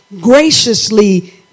graciously